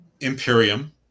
Imperium